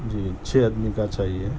جی چھ آدمی کا چاہیے